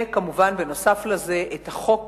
וכמובן, נוסף על זה, את החוק